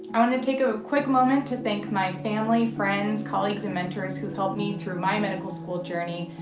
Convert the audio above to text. i wanna take a quick moment to thank my family, friends, colleagues, and mentors who've helped me through my medical school journey,